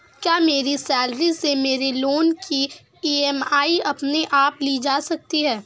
क्या मेरी सैलरी से मेरे लोंन की ई.एम.आई अपने आप ली जा सकती है?